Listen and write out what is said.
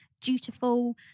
dutiful